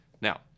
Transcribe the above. Now